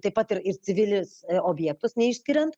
taip pat ir ir civilis objektus neišskiriant